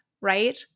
right